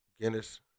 Guinness